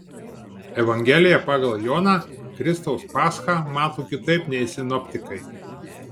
evangelija pagal joną kristaus paschą mato kitaip nei sinoptikai